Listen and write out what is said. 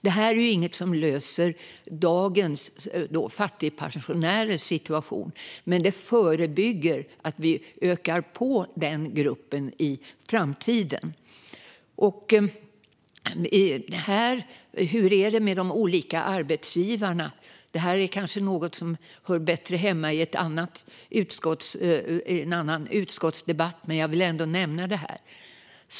Detta är inte något som löser situationen för dagens fattigpensionärer, men det förebygger att den gruppen ökar i framtiden. Hur är det med de olika arbetsgivarna? Det här är kanske något som hör bättre hemma i en annan utskottsdebatt, men jag vill ändå nämna detta.